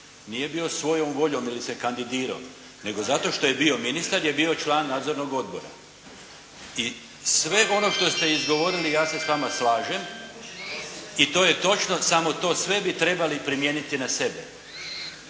nije bio svojom voljom ili se kandidirao nego zato što je bio ministar je bio član nadzornog odbora. I sve ono što ste izgovorili ja se s vama slažem i to je točno samo to sve bi trebali primijeniti na sebe.